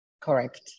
Correct